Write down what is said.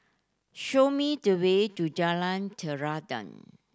show me the way to Jalan Terentang